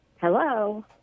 Hello